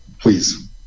Please